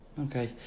Okay